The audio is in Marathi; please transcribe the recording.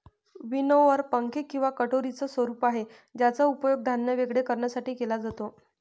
विनोवर पंखे किंवा कटोरीच स्वरूप आहे ज्याचा उपयोग धान्य वेगळे करण्यासाठी केला जातो